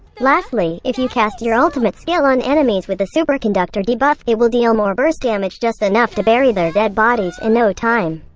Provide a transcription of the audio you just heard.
lastly, if you cast your ultimate skill on enemies with the superconductor debuff, it will deal more burst damage just enough to bury their dead bodies in no time.